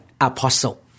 apostle